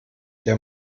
der